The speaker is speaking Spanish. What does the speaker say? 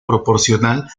proporcional